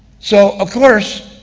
so, of course,